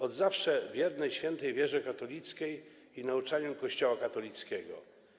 Od zawsze wierny był świętej wierze katolickiej i nauczaniu Kościoła katolickiego.